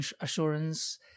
assurance